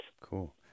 Cool